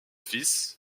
fils